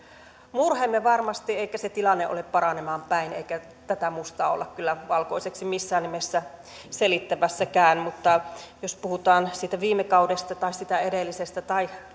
murheemme varmasti eikä se tilanne ole paranemaan päin eikä tätä mustaa olla kyllä valkoiseksi missään nimessä selittämässäkään mutta jos puhutaan siitä viime kaudesta tai sitä edellisestä tai